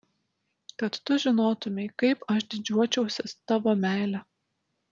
kad tu žinotumei kaip aš didžiuočiausi tavo meile